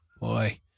Boy